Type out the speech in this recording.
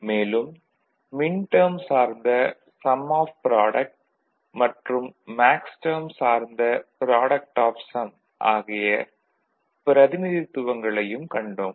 மேலும் மின்டேர்ம் சார்ந்த sum of product மற்றும் மேக்ஸ்டேர்ம் சார்ந்த ப்ராடக்ட் ஆப் சம் ஆகிய பிரதிநிதித்துவங்களையும் கண்டோம்